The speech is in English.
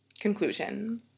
Conclusion